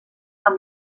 amb